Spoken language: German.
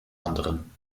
anderen